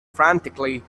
frantically